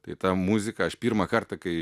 tai tą muziką aš pirmą kartą kai